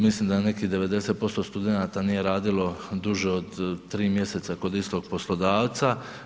Mislim da je nekih 90% studenata nije radilo duže od tri mjeseca kod istog poslodavca.